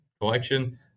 collection